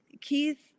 Keith